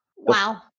Wow